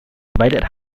divided